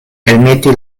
elmeti